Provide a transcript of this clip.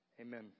Amen